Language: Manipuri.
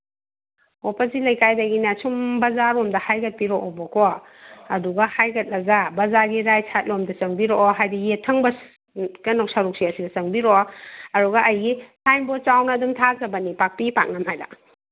ꯑꯣ ꯄꯟꯆꯤ ꯂꯩꯀꯥꯏꯗꯒꯤꯅ ꯁꯨꯝ ꯕꯖꯥꯔꯂꯣꯝꯗ ꯍꯥꯏꯒꯠꯄꯤꯔꯛꯑꯣꯕꯀꯣ ꯑꯗꯨꯒ ꯍꯥꯏꯒꯠꯂꯒ ꯕꯖꯥꯔꯒꯤ ꯔꯥꯏꯠ ꯁꯥꯏꯠꯂꯣꯝꯗ ꯆꯪꯕꯤꯔꯛꯑꯣ ꯍꯥꯏꯗꯤ ꯌꯦꯠꯊꯪ ꯀꯩꯅꯣ ꯁꯔꯨꯛꯁꯦ ꯑꯁꯤꯗ ꯆꯪꯕꯤꯔꯛꯑꯣ ꯑꯗꯨꯒ ꯑꯩꯒꯤ ꯁꯥꯏꯟ ꯕꯣꯔꯠ ꯆꯥꯎꯅ ꯑꯗꯨꯝ ꯊꯥꯖꯕꯅꯤ ꯄꯥꯛꯄꯤ ꯄꯥꯛꯅꯝ ꯍꯥꯏꯅ